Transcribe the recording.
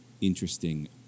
interesting